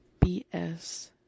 BS